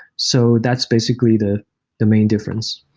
so that's basically the the main difference.